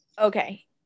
Okay